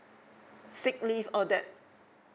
sick leave all that